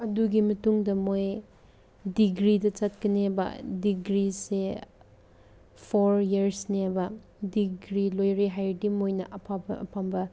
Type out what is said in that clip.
ꯑꯗꯨꯒꯤ ꯃꯇꯨꯡꯗ ꯃꯣꯏ ꯗꯤꯒ꯭ꯔꯤꯗ ꯆꯠꯀꯅꯦꯕ ꯗꯤꯒ꯭ꯔꯤꯁꯦ ꯐꯣꯔ ꯏꯌꯔꯁꯅꯦꯕ ꯗꯤꯒ꯭ꯔꯤ ꯂꯣꯏꯔꯦ ꯍꯥꯏꯔꯗꯤ ꯃꯣꯏꯅ ꯑꯐꯕ ꯑꯐꯕ